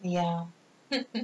ya